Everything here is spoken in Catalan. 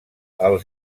els